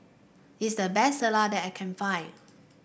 this the best Salsa that I can find